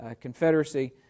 confederacy